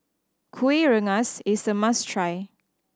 Kueh Rengas is a must try